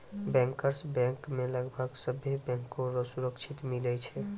bankers bank मे लगभग सभे बैंको रो सुविधा मिलै छै